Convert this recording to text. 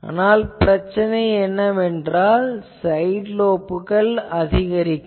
ஆனால் பிரச்சனை என்னவென்றால் சைட் லோப்கள் அதிகரிக்கும்